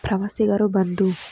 ಪ್ರವಾಸಿಗರು ಬಂದು